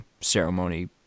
ceremony